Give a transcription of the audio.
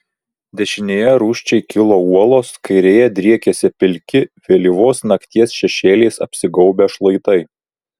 dešinėje rūsčiai kilo uolos kairėje driekėsi pilki vėlyvos nakties šešėliais apsigaubę šlaitai